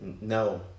No